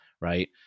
right